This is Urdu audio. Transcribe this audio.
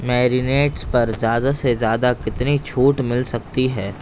میرینیٹس پر زیادہ سے زیادہ کتنی چھوٹ مل سکتی ہے